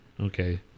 Okay